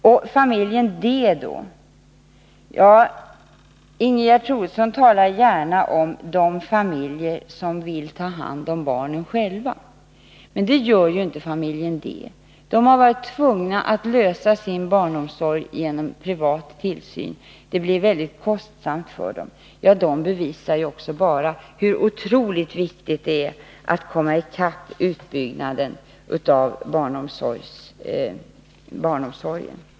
Sedan till familjen D. Ingegerd Troedsson talar gärna om de familjer som vill ta hand om barnen själva. Det gör ju inte familjen D. Den har varit tvungen att lösa sin barnomsorg genom privattillsyn. Det blir väldigt kostsamt för familjen. Detta visar bara hur otroligt viktigt det är att komma i kapp med utbyggnaden av barnomsorgen.